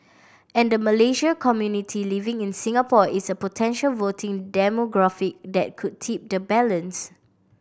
and the Malaysian community living in Singapore is a potential voting demographic that could tip the balance